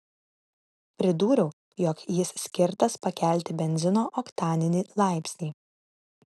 pridūriau jog jis skirtas pakelti benzino oktaninį laipsnį